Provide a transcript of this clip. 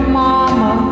mama